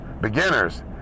beginners